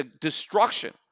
destruction